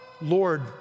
Lord